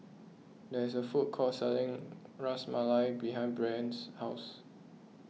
there is a food court selling Ras Malai behind Brien's house